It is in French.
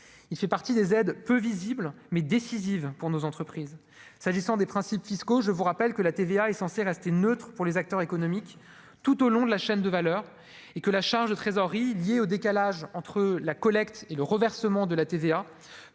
il fait partie des aides peu visible mais décisive pour nos entreprises, s'agissant des principes fiscaux, je vous rappelle que la TVA est censé rester neutre pour les acteurs économiques, tout au long de la chaîne de valeur et que la charge de trésorerie lié au décalage entre la collecte et le reversement de la TVA